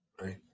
right